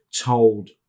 told